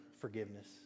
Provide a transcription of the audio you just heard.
forgiveness